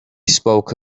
spoke